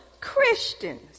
Christians